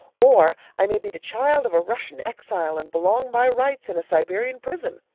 or i may be the child of a russian exile and belong by rights in a siberian prison,